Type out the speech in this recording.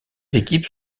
équipes